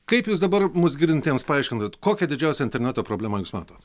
kaip jūs dabar mus girdintiems paaiškintumėt kokią didžiausią interneto problemą jūs matot